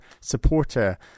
supporter